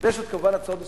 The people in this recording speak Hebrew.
יש כמובן הצעות נוספות,